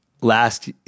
last